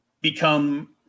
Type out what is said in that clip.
become